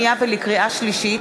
לקריאה שנייה ולקריאה שלישית: